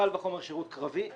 קל וחומר שירות קרבי,